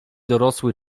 dorosły